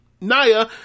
Naya